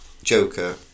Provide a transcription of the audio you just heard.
Joker